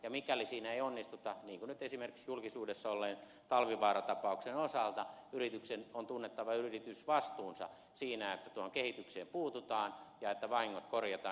ja mikäli siinä ei onnistuta niin kuin nyt esimerkiksi julkisuudessa olleen talvivaara tapauksen osalta yrityksen on tunnettava yritysvastuunsa siinä että tuohon kehitykseen puututaan ja että vahingot korjataan